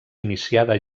iniciada